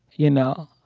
you know,